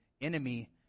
enemy